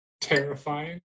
terrifying